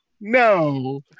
No